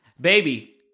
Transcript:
baby